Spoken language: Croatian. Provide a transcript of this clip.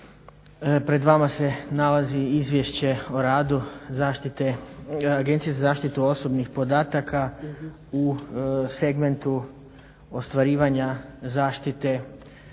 Pred vama se nalazi izvješće o radu Agencije za zaštitu osobnih podataka u segmentu ostvarivanja zaštite